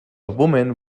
woman